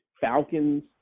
Falcons